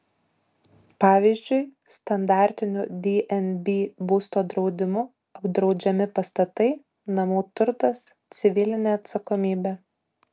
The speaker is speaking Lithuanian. pavyzdžiui standartiniu dnb būsto draudimu apdraudžiami pastatai namų turtas civilinė atsakomybė